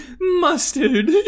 mustard